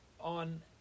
on